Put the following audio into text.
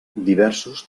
diversos